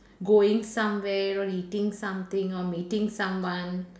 going somewhere or eating something or meeting someone